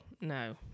no